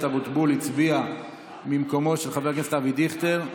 אבוטבול הצביע במקומו של חבר הכנסת אבי דיכטר.